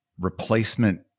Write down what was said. replacement